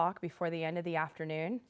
block before the end of the afternoon